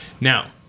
Now